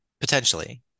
potentially